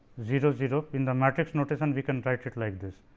zero zero in the matrix notation we can write it like this.